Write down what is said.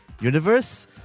universe